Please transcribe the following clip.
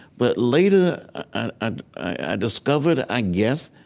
but later, and i discovered, i guess,